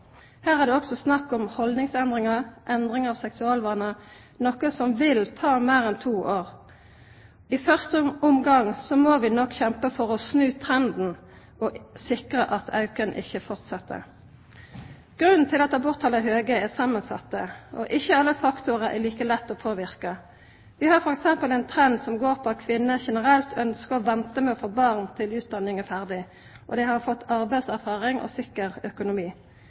Her er det også snakk om haldningsendringar, endring av seksualvanar, noko som vil ta meir enn to år. I første omgang må vi nok kjempa for å snu trenden og sikra at auken ikkje fortset. Grunnen til at aborttala er høge, er samansett. Ikkje alle faktorar er like lette å påverke. Vi har f.eks. ein trend som går på at kvinner generelt ønskjer å venta med å få barn til dei er ferdige med utdanning, har fått arbeidserfaring og sikker økonomi.